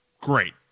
great